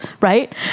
right